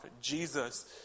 Jesus